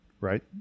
right